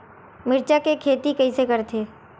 मिरचा के खेती कइसे करथे?